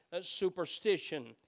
superstition